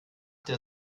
der